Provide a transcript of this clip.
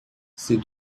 c’est